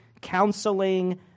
counseling